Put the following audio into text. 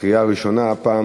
לקריאה ראשונה הפעם,